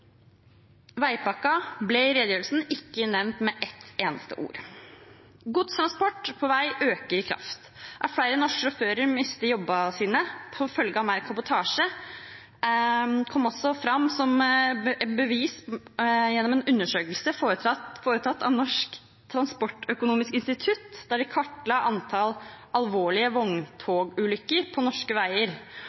ble i redegjørelsen ikke nevnt med ett eneste ord. Godstransport på vei øker i kraft. At flere norske sjåfører mister jobben sin som følge av mer kabotasje, er et problem. En undersøkelse ble foretatt av Transportøkonomisk institutt, der de kartla antall alvorlige vogntogulykker på norske veier